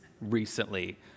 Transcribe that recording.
recently